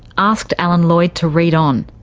asked alan lloyd to read on.